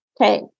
okay